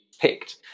picked